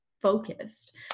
focused